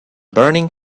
burning